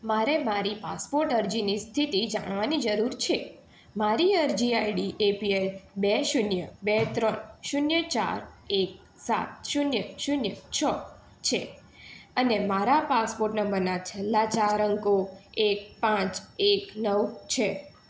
મારે મારી પાસપોર્ટ અરજીની સ્થિતિ જાણવાની જરૂર છે મારી અરજી આઈડી એપીએલ બે શૂન્ય બે ત્રણ શૂન્ય ચાર એક સાત શૂન્ય શૂન્ય છ છે અને મારા પાસપોર્ટ નંબરના છેલ્લા ચાર અંકો એક પાંચ એક નવ છે